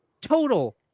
total